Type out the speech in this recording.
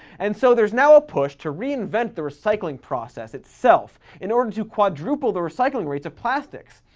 and so there's now a push to reinvent the recycling process itself in order to quadruple the recycling rates of plastics.